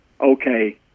okay